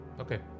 okay